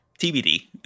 TBD